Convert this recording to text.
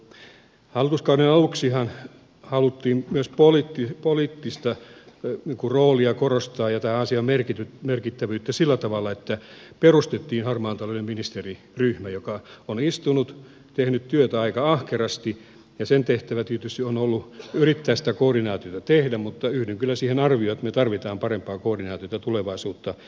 hallituskauden aluksihan haluttiin myös poliittista roolia korostaa ja tämän asian merkittävyyttä sillä tavalla että perustettiin harmaan talouden ministeriryhmä joka on istunut tehnyt työtä aika ahkerasti ja sen tehtävä tietysti on ollut yrittää sitä koordinaatiota tehdä mutta yhdyn kyllä siihen arvioon että me tarvitsemme parempaa koordinaatiota tulevaisuutta silmällä pitäen